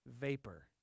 vapor